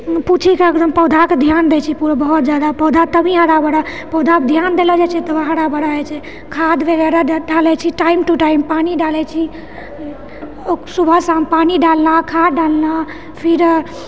पुछिके पौधाके ध्यान दए छी बहुत जादा पौधा तभी हराभरा पौधा ध्यान देलो जाइत छै तऽ हराभरा रहैछै खाद वगैरह डालए छी टाइम टु टाइम पानि डालए छी सुबह शाम पानि डालना खाद्य डालना फिर